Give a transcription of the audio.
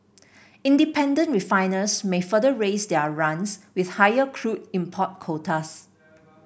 independent refiners may further raise their runs with higher crude import quotas